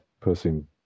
person